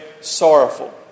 sorrowful